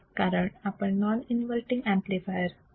कारण आपण non inverting amplifier चा वापर करत आहोत